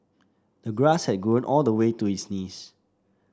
the grass had grown all the way to his knees